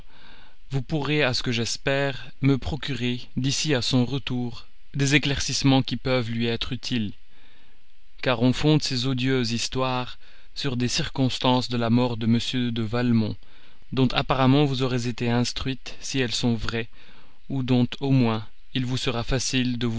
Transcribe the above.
vous pourrez à ce que j'espère me procurer d'ici à son retour des éclaircissements qui peuvent lui être utiles car on fonde ces odieuses histoires sur des circonstances de la mort de m de valmont dont apparemment vous aurez été instruite si elles sont vraies ou dont au moins il vous sera facile